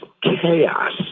chaos